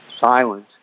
silent